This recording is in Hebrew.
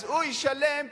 אז הוא ישלם פי-שלושה,